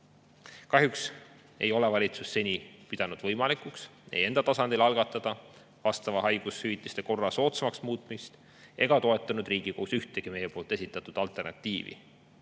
Kahjuks ei ole valitsus seni pidanud võimalikuks algatada enda tasandil vastava haigushüvitiste korra soodsamaks muutmist ega toetanud Riigikogus ühtegi meie poolt esitatud alternatiivi,